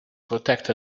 protect